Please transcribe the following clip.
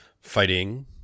Fighting